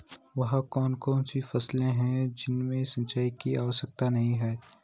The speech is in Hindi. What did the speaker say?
वह कौन कौन सी फसलें हैं जिनमें सिंचाई की आवश्यकता नहीं है?